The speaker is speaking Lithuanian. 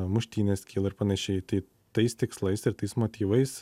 muštynės kyla ir panašiai tai tais tikslais ir tais motyvais